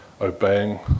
obeying